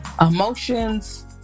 emotions